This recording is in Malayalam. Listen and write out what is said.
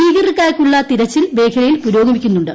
ഭീകരർക്കായുള്ള തിരച്ചിൽ മേഖലയിൽ പുരോഗമിക്കുന്നുണ്ട്